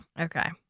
Okay